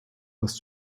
das